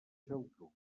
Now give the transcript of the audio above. geltrú